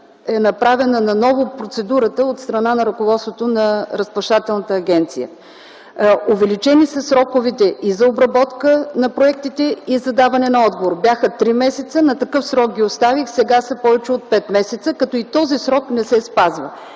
е направена наново процедурата от страна на ръководството на Разплащателната агенция. Увеличени са сроковете за обработка на проектите и за даване на отговор. Бяха три месеца, на такъв срок ги оставих, сега са повече от пет месеца, като и този срок не се спазва.